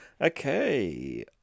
okay